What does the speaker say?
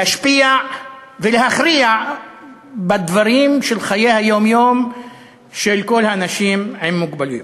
להשפיע ולהכריע בדברים של חיי היום-יום של כל האנשים עם מוגבלויות.